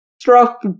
struck